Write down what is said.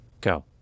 go